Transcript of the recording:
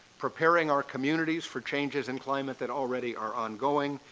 preparing our communities for changes in climate that already are on-going,